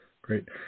Great